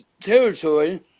territory